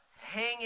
hang